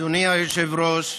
אדוני היושב-ראש,